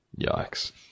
Yikes